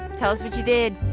tell us what you did